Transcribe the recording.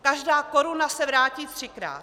Každá koruna se vrátí třikrát.